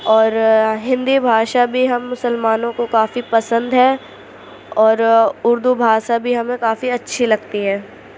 اور ہندی بھاشا بھی ہم مسلمانوں کو کافی پسند ہے اور اردو بھاسا بھی ہمیں کافی اچھی لگتی ہے